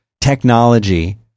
technology